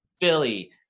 Philly